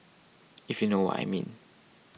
if you know what I mean